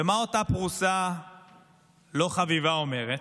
ומה אותה פרוסה לא חביבה אומרת?